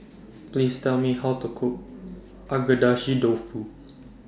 Please Tell Me How to Cook Agedashi Dofu